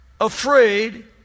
afraid